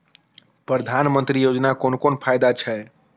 प्रधानमंत्री योजना कोन कोन फायदा छै?